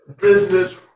business